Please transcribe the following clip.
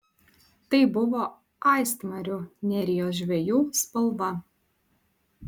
tai buvo aistmarių nerijos žvejų spalva